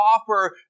offer